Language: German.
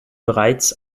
bereits